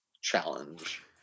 challenge